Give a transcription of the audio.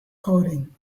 coding